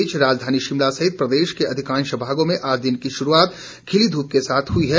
इस बीच राजधानी शिमला सहित प्रदेश के अधिकांश भागों में आज दिन की शुरुआत खिली धूप के साथ हुई है